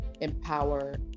empower